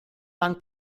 lang